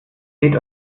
seht